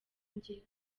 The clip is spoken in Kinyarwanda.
njye